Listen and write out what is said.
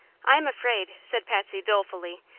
i'm afraid, said patsy, dolefully,